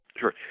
Sure